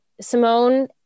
Simone